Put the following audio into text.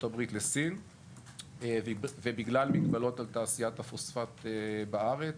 הברית לסין ובגלל מגבלות על תעשיית הפוספט בארץ